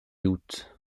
août